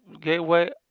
gateway